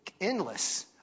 endless